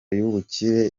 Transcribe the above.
y’ubukure